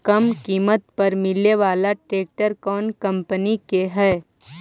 कम किमत पर मिले बाला ट्रैक्टर कौन कंपनी के है?